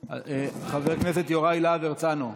חבר הכנסת יוראי להב הרצנו,